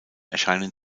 erscheinen